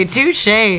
Touche